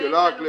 שאלה רק.